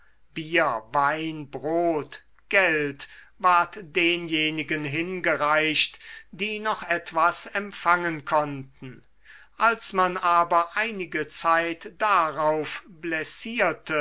bier wein brot geld ward denjenigen hingereicht die noch etwas empfangen konnten als man aber einige zeit darauf blessierte